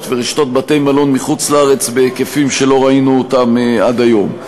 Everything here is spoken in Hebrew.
ורשתות בתי-מלון מחוץ-לארץ בהיקפים שלא ראינו עד היום.